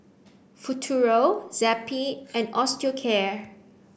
Futuro Zappy and Osteocare